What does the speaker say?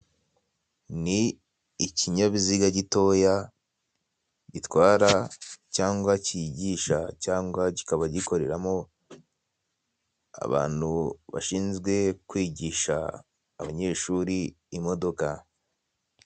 Ni ikinyabiziga gitoya gitwara cyangwa kigisha cyangwa kikaba gikoreramo abantu bashinzwe kwigisha abanyeshuri imodoka.